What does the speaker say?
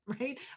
right